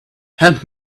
help